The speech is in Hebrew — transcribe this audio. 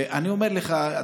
ואני אומר לך,